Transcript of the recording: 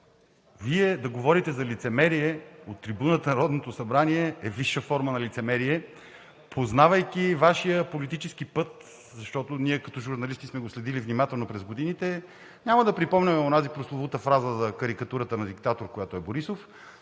Вие да говорите за лицемерие от трибуната на Народното събрание, е висша форма на лицемерие. Познавайки Вашия политически път, защото ние като журналисти сме го следили внимателно през годините, няма да припомняме онази прословута фраза за карикатурата на диктатор, в която е Борисов,